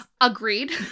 Agreed